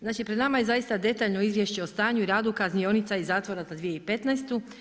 Znači, pred nama je zaista detaljno izvješće o stanju i radu kaznionica i zatvora za 2015.